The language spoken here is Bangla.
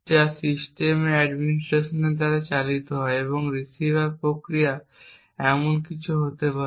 যা সিস্টেম অ্যাডমিনিস্ট্রেটর দ্বারা চালিত হয় এবং রিসিভার প্রক্রিয়া এমন কিছু হতে পারে